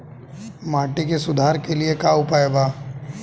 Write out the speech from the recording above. माटी के सुधार के लिए का उपाय बा?